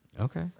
Okay